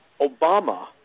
Obama